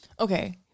okay